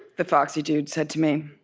the foxy dude said to me.